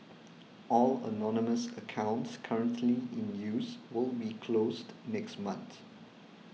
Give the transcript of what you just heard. all anonymous accounts currently in use will be closed next month